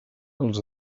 els